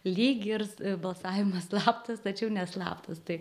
lyg irs balsavimas slaptas tačiau ne slaptas tai